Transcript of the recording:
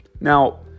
Now